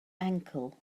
ankle